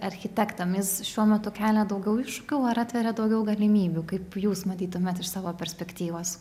architektam jis šiuo metu kelia daugiau iššūkių ar atveria daugiau galimybių kaip jūs matytumėt iš savo perspektyvos